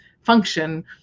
function